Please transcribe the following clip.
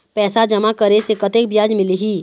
पैसा जमा करे से कतेक ब्याज मिलही?